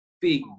big